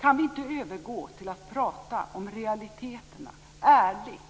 Kan vi inte övergå till att tala om realiteterna, ärligt,